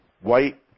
white